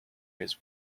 his